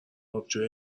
آبجوی